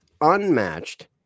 unmatched